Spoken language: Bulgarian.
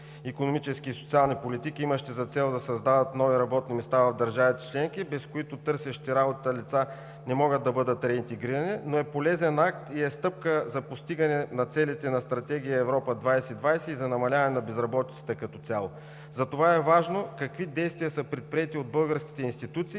икономически и социални политики, имащи за цел да създават нови работни места в държавите членки, без които търсещите работа лица не могат да бъдат реинтегрирани, но е полезен акт и е стъпка за постигане на целите на Стратегия „Европа 2020“, и за намаляване на безработицата като цяло. Затова е важно: какви действия са предприети от българските институции